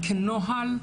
שכנוהל,